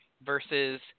versus